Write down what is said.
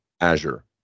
Azure